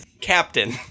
Captain